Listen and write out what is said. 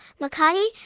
Makati